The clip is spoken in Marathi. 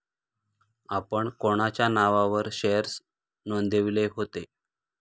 आपण कोणाच्या नावावर शेअर्स नोंदविले होते?